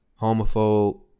Homophobe